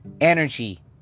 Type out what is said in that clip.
energy